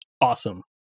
Awesome